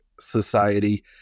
society